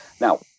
Now